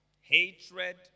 hatred